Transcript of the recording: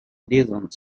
pleasant